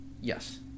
Yes